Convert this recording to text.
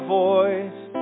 voice